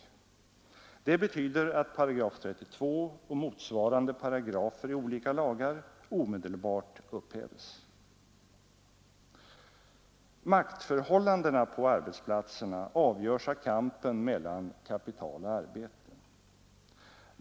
Det betyder att § 32 och motsvarande paragrafer i olika lagar omedelbart upphävs. Maktförhållandena på arbetsplatserna avgöres av kampen mellan kapital och arbete.